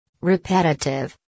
Repetitive